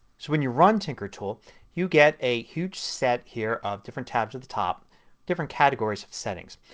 so when you run tinkertool you get a huge set here of different tabs at the top different categories of settings.